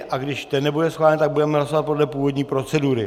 A když ten nebude schválen, tak budeme hlasovat podle původní procedury.